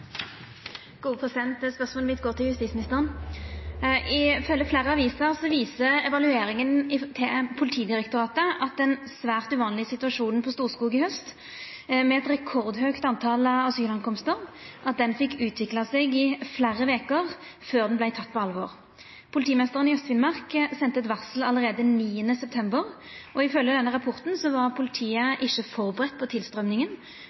Spørsmålet mitt går til justisministeren. Ifølgje fleire aviser viser evalueringa til Politidirektoratet at den svært uvanlege situasjonen på Storskog i haust, då det kom rekordmange asylsøkjarar, fekk utvikla seg i fleire veker før han vart teken på alvor. Politimeisteren i Aust-Finnmark sende eit varsel allereie 9. september, og ifølgje denne rapporten var politiet ikkje førebudd på